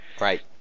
Right